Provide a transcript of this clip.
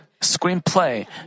screenplay